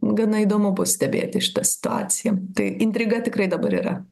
gana įdomu bus stebėti šitą situaciją tai intriga tikrai dabar yra